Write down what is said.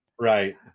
Right